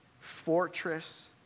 fortress